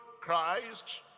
christ